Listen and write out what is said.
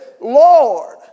Lord